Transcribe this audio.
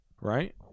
right